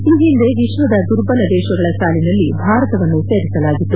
ಈ ಹಿಂದೆ ವಿಶ್ವದ ದುರ್ಬಲ ದೇಶಗಳ ಸಾಲಿನಲ್ಲಿ ಭಾರತವನ್ನು ಸೇರಿಸಲಾಗಿತ್ತು